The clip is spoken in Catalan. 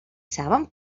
saben